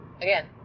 again